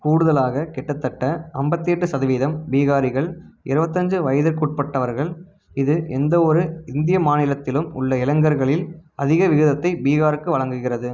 கூடுதலாக கிட்டத்தட்ட அம்பத்தி எட்டு சதவீதம் பீஹாரிகள் இருபத்தஞ்சு வயதிற்குட்பட்டவர்கள் இது எந்தவொரு இந்திய மாநிலத்திலும் உள்ள இளைஞர்களில் அதிக விகிதத்தை பீகாருக்கு வழங்குகிறது